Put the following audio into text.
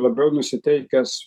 labiau nusiteikęs